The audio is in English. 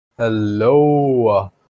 Hello